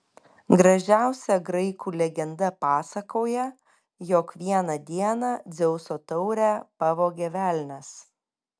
gražiausia graikų legenda pasakoja jog vieną dieną dzeuso taurę pavogė velnias